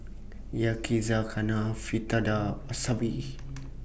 Yakizakana Fritada Wasabi